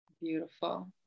Beautiful